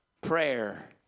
prayer